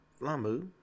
Lamu